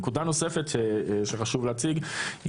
נקודה נוספת שחשוב להציג,